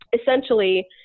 essentially